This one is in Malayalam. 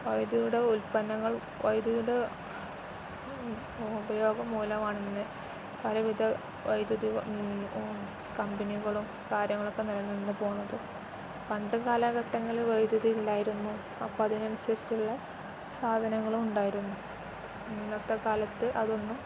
വൈദ്യുതിയുടെ ഉൽപ്പന്നങ്ങൾ വൈദ്യുതിയുടെ ഉപയോഗം മൂലമാണിന്ന് പലവിധ വൈദ്യുതി കമ്പനികളും കാര്യങ്ങളൊക്കെ നില നിന്നു പോകുന്നത് പണ്ടുകാലഘട്ടങ്ങളില് വൈദ്യുതി ഇല്ലായിരുന്നു അപ്പോള് അതിനനുസരിച്ചുള്ള സാധനങ്ങളും ഉണ്ടായിരുന്നു ഇന്നത്തെ കാലത്ത് അതൊന്നും